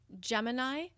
Gemini